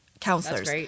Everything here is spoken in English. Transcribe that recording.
counselors